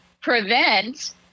prevent